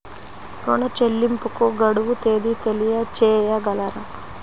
ఋణ చెల్లింపుకు గడువు తేదీ తెలియచేయగలరా?